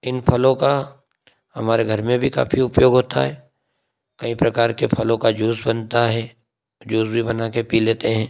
इन फलों का हमारे घर में भी काफ़ी उपयोग होता है कई प्रकार के फलों का जूस बनता है जूस भी बना कर पी लेते हें